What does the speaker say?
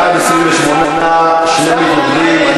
בעד, 28, שני מתנגדים.